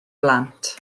blant